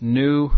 new